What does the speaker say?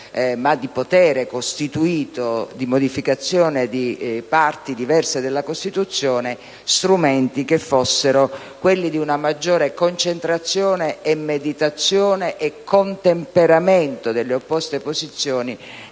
ma di potere costituito, di modificazione di parti diverse della Costituzione, strumenti che consentissero una maggiore concentrazione e meditazione, nonché un contemperamento delle opposte posizioni